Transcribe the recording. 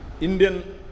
Indian